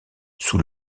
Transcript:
sous